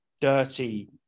dirty